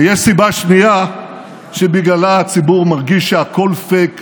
ויש סיבה שנייה שבגללה הציבור מרגיש שהכול פייק,